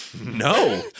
No